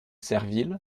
serville